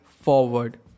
forward